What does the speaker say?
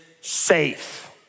safe